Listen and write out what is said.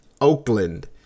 Oakland